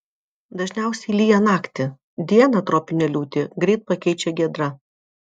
dažniausiai lyja naktį dieną tropinę liūtį greit pakeičia giedra